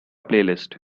playlist